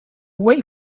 wait